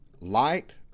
light